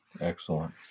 Excellent